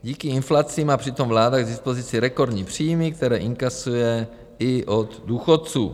Díky inflaci má přitom vláda k dispozici rekordní příjmy, které inkasuje i od důchodců.